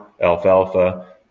alfalfa